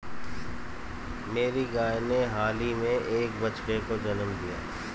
मेरी गाय ने हाल ही में एक बछड़े को जन्म दिया